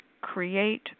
create